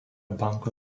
banko